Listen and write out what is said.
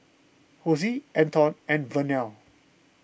Hosie Anton and Vernell